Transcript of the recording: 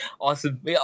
Awesome